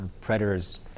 predators